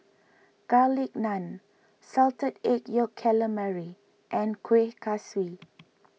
Garlic Naan Salted Egg Yolk Calamari and Kuih Kaswi